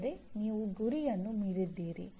ಅಂದರೆ ನೀವು ಗುರಿಯನ್ನು ಮೀರಿದ್ದೀರಿ